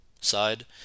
side